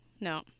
no